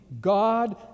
God